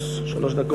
שלוש דקות לרשותך.